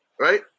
right